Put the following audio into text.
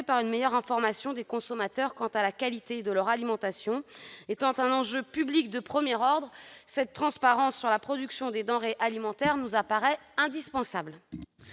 par une meilleure information des consommateurs quant à la qualité de leur alimentation. Enjeu public de premier ordre, la transparence sur la production des denrées alimentaires nous apparaît comme indispensable.